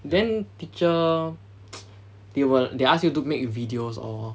then teacher they will they ask you to make videos or